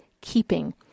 keeping